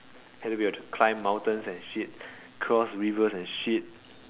hell we had to climb mountains and shit cross rivers and shit